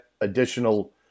additional